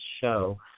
show